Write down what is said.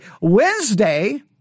Wednesday